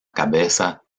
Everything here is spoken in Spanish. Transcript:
cabeza